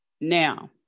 Now